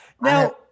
now